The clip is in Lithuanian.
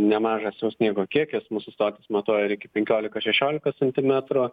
nemažas jau sniego kiekis mūsų stotys matuoja ir iki penkiolikos šešiolikos centimetrų